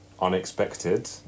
Unexpected